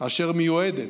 אשר מיועדת